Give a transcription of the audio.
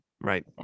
Right